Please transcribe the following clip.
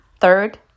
third